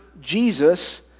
Jesus